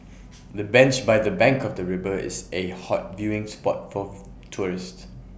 the bench by the bank of the river is A hot viewing spot forth tourists